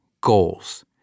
goals